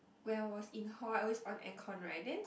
when I was in hall I always on aircon right then